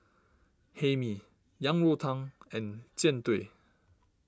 Hae Mee Yang Rou Tang and Jian Dui